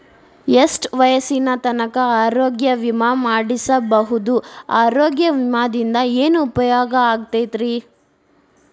ಎಷ್ಟ ವಯಸ್ಸಿನ ತನಕ ಆರೋಗ್ಯ ವಿಮಾ ಮಾಡಸಬಹುದು ಆರೋಗ್ಯ ವಿಮಾದಿಂದ ಏನು ಉಪಯೋಗ ಆಗತೈತ್ರಿ?